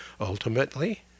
Ultimately